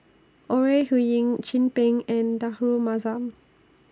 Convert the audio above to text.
Ore Huiying Chin Peng and Rahayu Mahzam